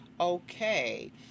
okay